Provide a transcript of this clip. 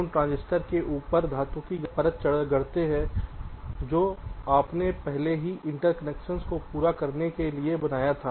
आप केवल उन ट्रांजिस्टर के ऊपर धातु की परतें गढ़ते हैं जो आपने पहले ही इंटरकनेक्शंस को पूरा करने के लिए बनाया था